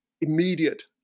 immediate